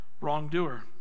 wrongdoer